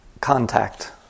contact